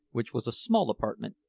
which was a small apartment,